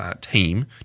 team